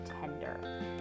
tender